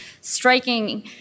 striking